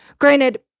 granted